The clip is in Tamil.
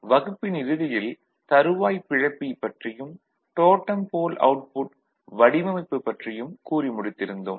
வகுப்பின் இறுதியில் தறுவாய்ப் பிளப்பி பற்றியும் டோடம் போல் அவுட்புட் வடிவமைப்பு பற்றியும் கூறி முடித்திருந்தோம்